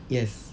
yes